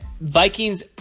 Vikings